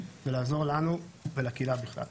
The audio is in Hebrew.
לעזור לנו ולקהילה בכלל,